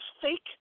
fake